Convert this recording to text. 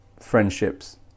friendships